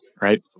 right